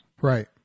Right